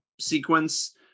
sequence